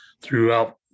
throughout